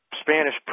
Spanish